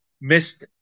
missed